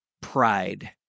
pride